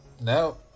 No